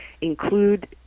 include